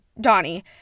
Donnie